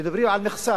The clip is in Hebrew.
מדברים על מכסה.